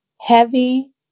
heavy